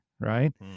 Right